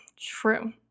true